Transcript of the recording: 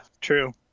true